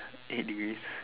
eight days